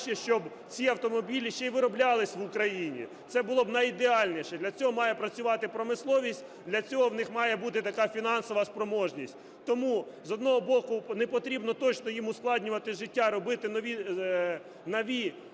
щоб ці автомобілі ще й вироблялись в Україні. Це було б найідеальніше. Для цього має працювати промисловість, для цього у них має бути така фінансова спроможність. Тому, з одного блоку, не потрібно точно їм ускладнювати життя, робити нові